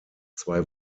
zwei